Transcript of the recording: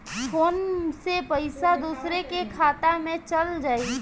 Phone से पईसा दूसरे के खाता में चल जाई?